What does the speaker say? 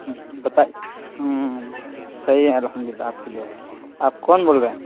ہوں بتائیے ہوں صحیح ہے الحمد للہ آپ کی دعا سے آپ کون بول رہے ہیں